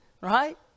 right